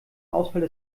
ausfall